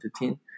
2015